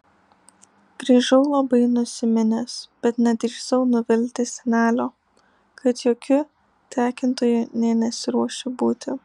grįžau labai nusiminęs bet nedrįsau nuvilti senelio kad jokiu tekintoju nė nesiruošiu būti